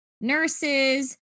nurses